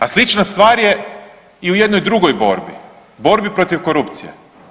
A slična stvar je i u jednoj drugoj borbi, borbi protiv korupcije.